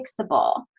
fixable